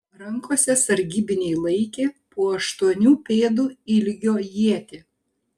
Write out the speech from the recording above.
rankose sargybiniai laikė po aštuonių pėdų ilgio ietį